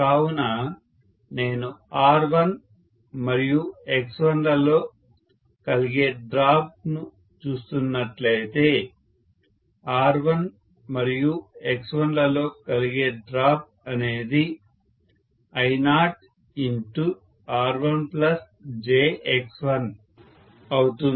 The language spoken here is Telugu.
కావున నేను R1 మరియు X1 లలో కలిగే డ్రాప్ ను చూస్తున్నట్లయితే R1 మరియు X1 లలో కలిగే డ్రాప్ అనేది I0R1jX1 అవుతుంది